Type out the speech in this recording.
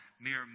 mere